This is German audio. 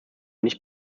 nicht